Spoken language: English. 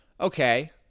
Okay